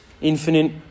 infinite